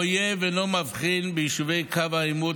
האויב אינו מבחין בין יישובי קו העימות